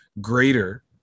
greater